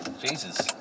Jesus